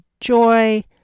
joy